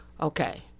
okay